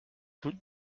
doute